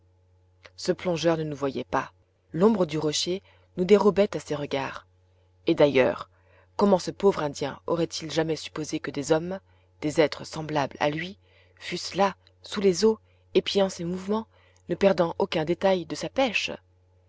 ce plongeur ne nous voyait pas l'ombre du rocher nous dérobait a ses regards et d'ailleurs comment ce pauvre indien aurait-il jamais supposé que des hommes des êtres semblables à lui fussent là sous les eaux épiant ses mouvements ne perdant aucun détail de sa pêche